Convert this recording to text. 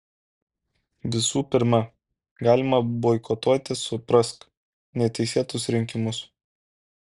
visų pirma galima boikotuoti suprask neteisėtus rinkimus